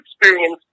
experience